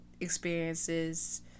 experiences